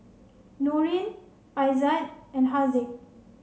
Nurin Aizat and Haziq